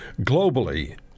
globally